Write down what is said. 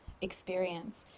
experience